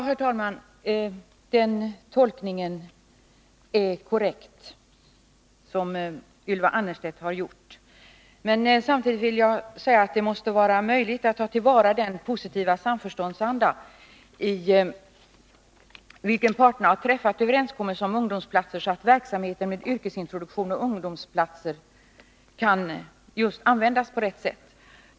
Herr talman! Det är en korrekt tolkning som Ylva Annerstedt har gjort. Samtidigt vill jag säga att det måste vara möjligt att ta till vara den positiva samförståndsanda, i vilken parterna har träffat överenskommelsen om ungdomsplatser, så att verksamheten med yrkesintroduktion och ungdomsplatser kan bedrivas på rätt sätt.